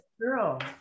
girl